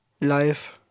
life